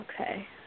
Okay